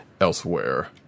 elsewhere